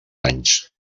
anys